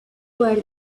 where